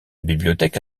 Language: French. bibliothèque